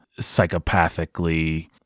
psychopathically